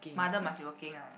mother must be working ah